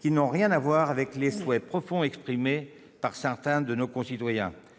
qui n'ont rien à voir avec les souhaits profonds exprimés par certains de nos concitoyens.